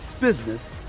business